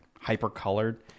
hyper-colored